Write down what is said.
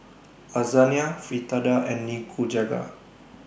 Lasagne Fritada and Nikujaga